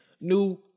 new